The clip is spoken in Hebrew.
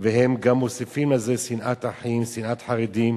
והם גם מוסיפים על זה שנאת אחים, שנאת חרדים.